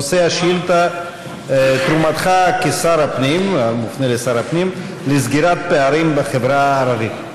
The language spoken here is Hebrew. נושא השאילתה: תרומתך כשר הפנים לסגירת פערים בחברה הערבית.